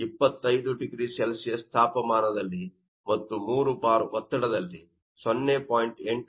25 0C ತಾಪಮಾನದಲ್ಲಿ ಮತ್ತು 3 Bar ಒತ್ತಡದಲ್ಲಿ 0